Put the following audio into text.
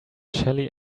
shelly